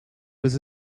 was